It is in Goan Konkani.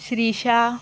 श्रीशा